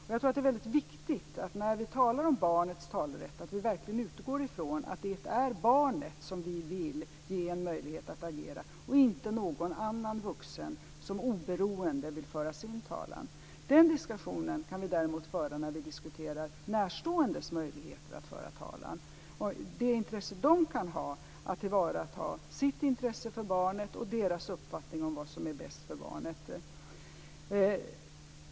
Jag tror att det är väldigt viktigt att vi när vi talar om barnets talerätt verkligen utgår från att det är barnet som vi vill ge en möjlighet att agera, inte någon annan vuxen som oberoende vill föra sin talan. Den diskussionen kan vi däremot föra när vi diskuterar närståendes möjligheter att föra talan och det intresse de kan ha av att tillvarata sitt intresse för barnet och deras uppfattning om vad som är bäst för barnet.